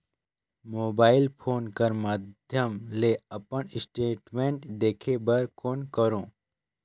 Mobile phone कर माध्यम ले अपन स्टेटमेंट देखे बर कौन करों?